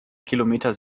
kilometer